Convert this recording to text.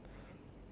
ya